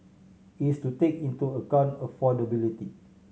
is to take into account affordability